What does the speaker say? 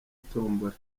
tombola